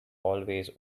always